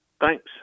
Thanks